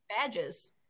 Badges